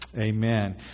Amen